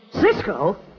Cisco